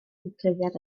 disgrifiad